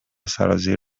سرازیر